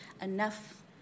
enough